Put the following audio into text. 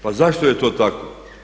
Pa zašto je to tako?